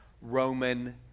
Roman